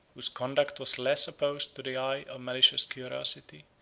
whose conduct was less opposed to the eye of malicious curiosity,